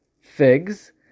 figs